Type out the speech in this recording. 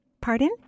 Pardon